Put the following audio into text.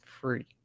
free